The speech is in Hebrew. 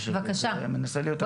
אני מנסה לדבר,